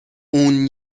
اون